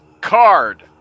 Card